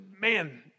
man